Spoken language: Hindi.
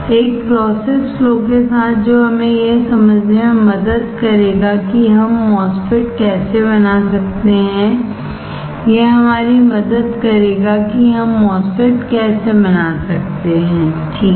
एक प्रोसेस फ्लो के साथ जो हमें यह समझने में मदद करेगा कि हम MOSFET कैसे बना सकते हैं यह हमारी मदद करेगा कि हम MOSFET कैसे बना सकते हैं ठीक है